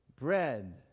bread